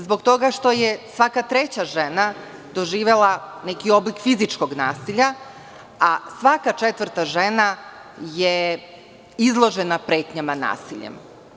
Zbog toga što je svaka treća žena doživela neki oblik fizičkog nasilja, a svaka četvrta žena je izložena pretnjama nasiljem.